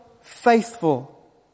faithful